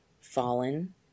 fallen